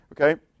Okay